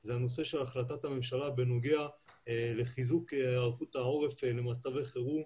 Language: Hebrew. זה הנושא של החלטת הממשלה בנוגע לחיזוק היערכות העורף למצבי חירום.